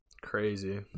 crazy